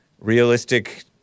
realistic